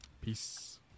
Peace